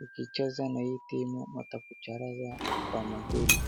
Ukicheza na hii timu watakucharaza kwa magoli.